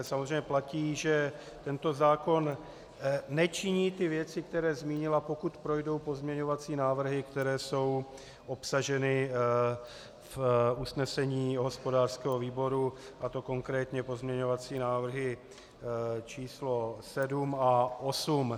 Samozřejmě platí, že tento zákon nečiní ty věci, které zmínila, pokud projdou pozměňovací návrhy, které jsou obsaženy v usnesení hospodářského výboru, a to konkrétně pozměňovací návrh číslo 7 a 8.